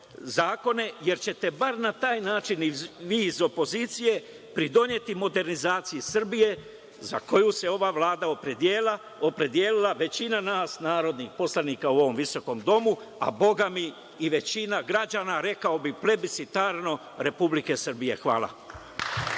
zakone jer ćete bar na taj način vi iz opozicije pridoneti modernizaciji Srbije za koju se ova Vlada opredelila, opredelila većina nas narodnih poslanika u ovom visokom domu, a bogami i većina građana, rekao bih, preblicitarno, Republike Srbije. Hvala.